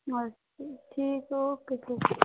ਬਸ ਠੀਕ ਆ ਓਕੇ ਜੀ